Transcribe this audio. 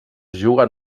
juguen